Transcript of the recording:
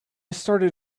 started